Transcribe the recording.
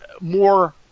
more